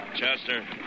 Chester